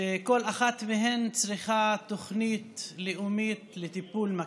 שכל אחת מהן צריכה תוכנית לאומית לטיפול מקיף.